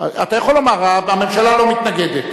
אתה יכול לומר: הממשלה לא מתנגדת.